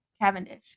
Cavendish